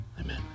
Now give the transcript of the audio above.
Amen